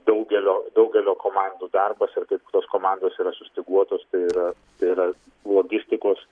daugelio daugelio komandų darbas ir kaip tos komandos yra sustyguotos tai yra tai yra logistikos